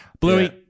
Bluey